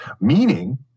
meaning